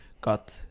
got